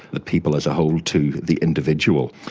the people as a whole, to the individual.